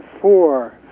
four